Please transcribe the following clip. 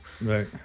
Right